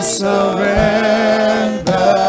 surrender